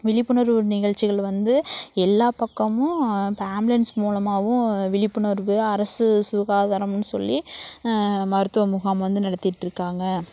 விழிப்புணர்வு நிகழ்ச்சிகள் வந்து எல்லா பக்கமும் இப்போ ஆம்புலன்ஸ் மூலமாகவும் விழிப்புணர்வு அரசு சுகாதாரமுன்னு சொல்லி மருத்துவ முகாம் வந்து நடத்திகிட்ருக்காங்க